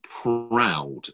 proud